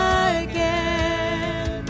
again